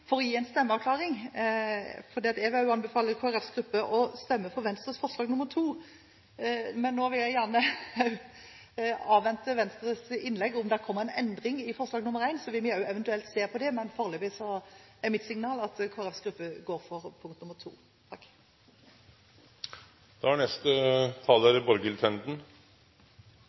for å gi en stemmeavklaring; jeg vil anbefale Kristelig Folkepartis gruppe å stemme for Venstres forslag, nr. 2. Men nå vil jeg gjerne avvente Venstres innlegg. Om det kommer en endring i forslag nr. 1, vil vi også eventuelt se på det. Foreløpig er mitt signal at Kristelig Folkepartis gruppe går inn for forslag nr. 2. For det først er